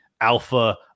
alpha